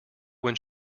when